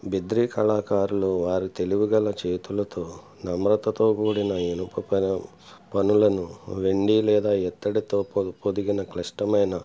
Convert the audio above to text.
బిద్రీ కళాకారులు వారి తెలివిగల చేతులతో నమ్రతతో కూడిన ఇనుప పనులను వెండి లేదా ఇత్తడితో పొ పొదిగిన క్లిష్టమైన